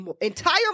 entire